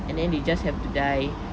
and then they just have to die